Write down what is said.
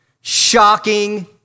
Shocking